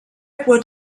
will